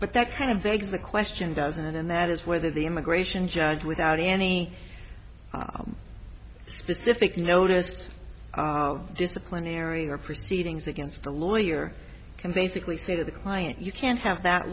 but that kind of the eggs the question doesn't and that is whether the immigration judge without any specific notice of disciplinary proceedings against the lawyer can basically say to the client you can't have that